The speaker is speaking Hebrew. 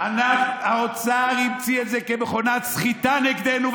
האוצר הציע את זה כמכונת סחיטה נגדנו,